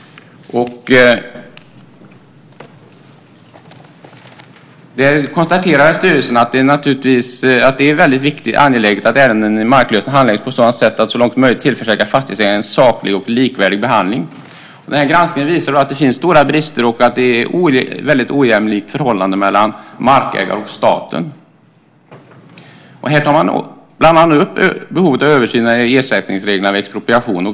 Där konstaterar styrelsen att det är angeläget att ärenden om marklösen handläggs på sådant sätt att så långt möjligt tillförsäkra fastighetsägaren saklig och likvärdig behandling. Granskningen visar att det finns stora brister och att det är ett ojämlikt förhållande mellan markägare och staten. Här tas bland annat upp behovet av översyn och ersättningsreglerna vid expropriation.